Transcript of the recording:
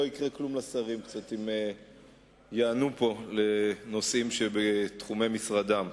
לא יקרה כלום לשרים אם יענו פה קצת בנושאים שבתחומי משרדם.